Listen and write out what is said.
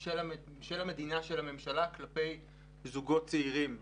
של המדינה, של הממשלה, כלפי זוגות צעירים.